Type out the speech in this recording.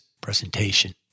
presentation